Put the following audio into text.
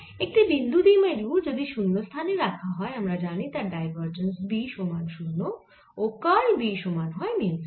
একটি বিন্দু দ্বিমেরু যদি শুন্যস্থানে রাখা হয় আমরা জানি তার ডাইভারজেন্স B সমান 0 ও কার্ল B সমান হয় মিউ 0 J